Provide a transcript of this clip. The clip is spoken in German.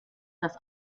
das